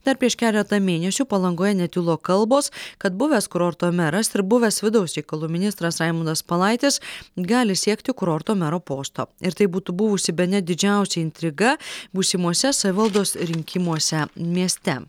dar prieš keletą mėnesių palangoje netilo kalbos kad buvęs kurorto meras ir buvęs vidaus reikalų ministras raimundas palaitis gali siekti kurorto mero posto ir tai būtų buvusi bene didžiausia intriga būsimuose savivaldos rinkimuose mieste